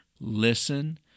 listen